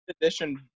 edition